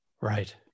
Right